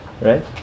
Right